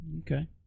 Okay